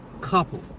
couple